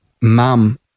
mum